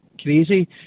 crazy